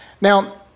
Now